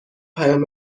پیام